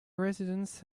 residents